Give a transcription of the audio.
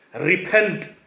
Repent